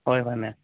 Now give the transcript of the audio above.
ꯍꯣꯏ ꯍꯣꯏ ꯃꯦꯝ